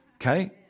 Okay